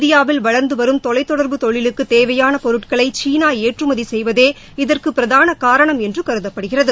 இந்தியாவில் வளர்ந்து வரும் தொலை தொடர்பு தொழிலுக்கு தேவையான பொருட்களை சீனா ஏற்றுமதி செய்வதே இதற்கு பிரதான காரணம் என்று கருதப்படுகிறது